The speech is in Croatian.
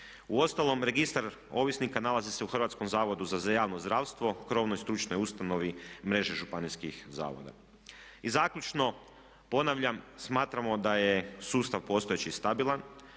Uostalom registar ovisnika nalazi se u Hrvatskom zavodu za javno zdravstvo, krovnoj stručnoj ustanovi i mreže županijskih zavoda. I zaključno, ponavljam. Smatramo da je sustav postojeći stabilan,